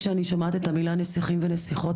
כשאני שומעת את המילה "נסיכים ונסיכות",